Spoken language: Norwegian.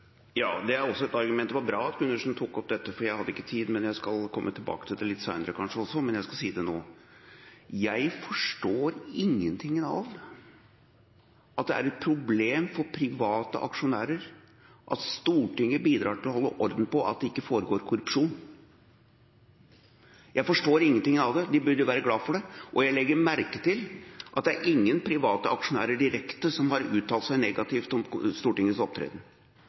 Ja, det er også et argument. Det var bra Gundersen tok opp dette, for jeg hadde ikke tid. Jeg skal komme tilbake til det litt senere kanskje også, men jeg skal si dette nå: Jeg forstår ingenting av at det er et problem for private aksjonærer at Stortinget bidrar til å holde orden på at det ikke foregår korrupsjon. Jeg forstår ingenting av det. De burde jo være glad for det, og jeg legger merke til at det er ingen private aksjonærer direkte som har uttalt seg negativt om Stortingets opptreden.